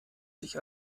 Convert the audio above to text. sich